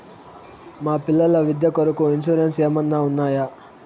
మా పిల్లల విద్య కొరకు ఇన్సూరెన్సు ఏమన్నా ఉన్నాయా?